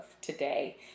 today